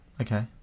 Okay